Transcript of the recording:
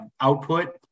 output